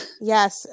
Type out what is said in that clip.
Yes